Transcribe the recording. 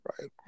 right